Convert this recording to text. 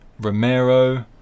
Romero